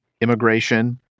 immigration